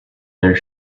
there